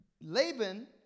Laban